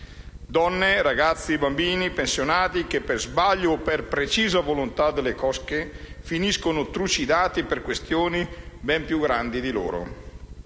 donne, ragazzi, bambini, pensionati che per sbaglio o per precisa volontà delle cosche finiscono trucidati per questioni ben più grandi di loro.